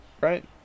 Right